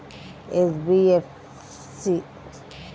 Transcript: NBFC అనగా ఏమిటీ?